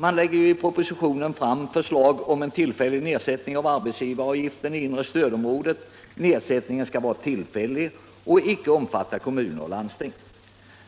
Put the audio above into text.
Nr 38 I propositionen föreslås en nedsättning av arbetsgivaravgiften i inre stödområdet. Nedsättningen skall vara tillfällig och icke omfatta kommuner och landsting.